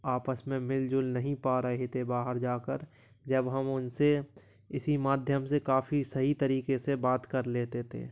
आपस में मिलजुल नहीं पा रहे थे बाहर जाकर जब हम उनसे इसी माध्यम से काफ़ी सही तरीके से बात कर लेते थे